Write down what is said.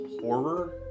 horror